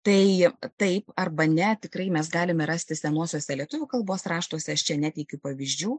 tai taip arba ne tikrai mes galime rasti senuosiuose lietuvių kalbos raštuose aš čia neteikiu pavyzdžių